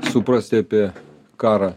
suprasti apie karą